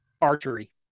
archery